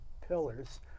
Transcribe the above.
pillars